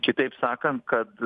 kitaip sakant kad